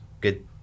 good